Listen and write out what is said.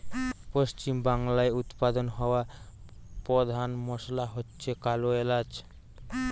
পশ্চিমবাংলায় উৎপাদন হওয়া পোধান মশলা হচ্ছে কালো এলাচ